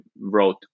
wrote